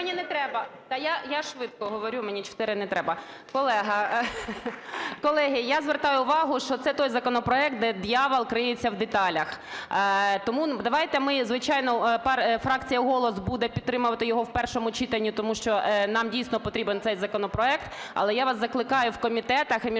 мені не треба. Я швидко говорю, 4 мені не треба. Колеги, я звертаю увагу, що цей той законопроект, де диявол криється в деталях. Тому давайте ми , звичайно фракція "Голос" буде підтримувати його в першому читанні, тому що нам дійсно потрібен цей законопроект, але я вас закликаю в комітетах і між собою,